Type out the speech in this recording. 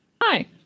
hi